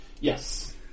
Yes